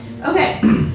Okay